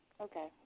Okay